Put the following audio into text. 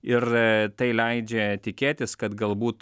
ir tai leidžia tikėtis kad galbūt